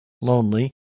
lonely